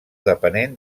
depenent